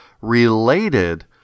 related